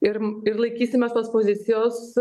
ir ir laikysimės tos pozicijos